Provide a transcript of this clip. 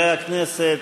חברי הכנסת,